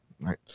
right